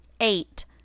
Eight